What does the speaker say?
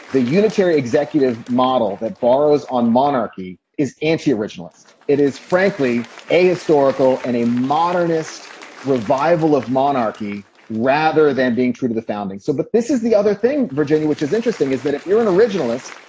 the unitary executive model that borrows on monarchy is and a. originalist. it is, frankly, a historical and a modernist revival of monarchy rather than being true to the founding. so but this is the other thing. virginia, which is interesting, is that if you're an originalist,